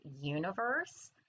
universe